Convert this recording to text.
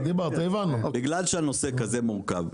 בגלל שהנושא כזה מורכב,